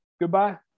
Goodbye